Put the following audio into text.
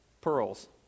pearls